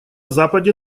западе